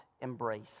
embrace